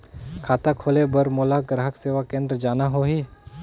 खाता खोले बार मोला ग्राहक सेवा केंद्र जाना होही?